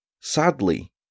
sadly